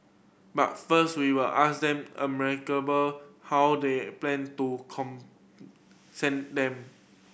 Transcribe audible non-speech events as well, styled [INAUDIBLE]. but first we will ask them [UNINTELLIGIBLE] how they plan to concern them